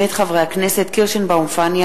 מאת חבר הכנסת זבולון אורלב,